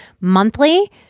monthly